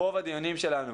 רוב הדיונים שלנו